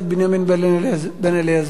אני צריך להתייחס למה שאמרת.